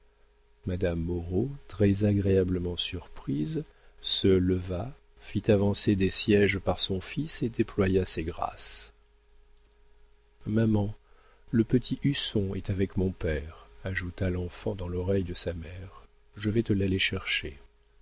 madame moreau très agréablement surprise se leva fit avancer des siéges par son fils et déploya ses grâces maman le petit husson est avec mon père ajouta l'enfant dans l'oreille de sa mère je vais te l'aller chercher